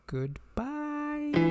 Goodbye